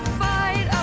fight